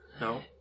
No